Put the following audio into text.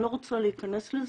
אני לא רוצה להיכנס לזה,